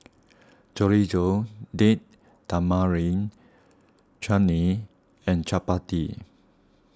Chorizo Date Tamarind Chutney and Chapati